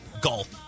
golf